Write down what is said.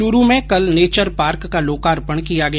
चुरु में कल nature park का लोकार्पण किया गया